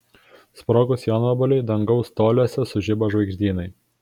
sprogus jonvabaliui dangaus toliuose sužibo žvaigždynai